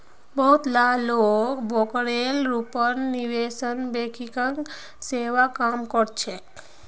बहुत ला लोग ब्रोकरेर रूपत निवेश बैंकिंग सेवात काम कर छेक